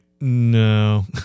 No